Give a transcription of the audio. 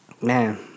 man